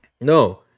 No